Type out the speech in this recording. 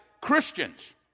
Christians